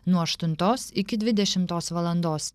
nuo aštuntos iki dvidešimtos valandos